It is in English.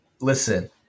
Listen